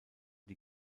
die